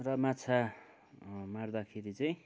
र माछा मार्दाखेरि चाहिँ